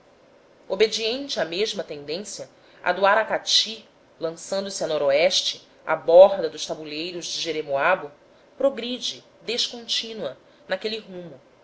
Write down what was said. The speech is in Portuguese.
obediente à mesma tendência a do aracati lançando-se a no à borda dos tabuleiros de jeremoabo progride descontínua naquele rumo